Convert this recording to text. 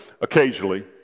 occasionally